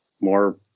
more